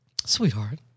Sweetheart